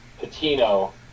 Patino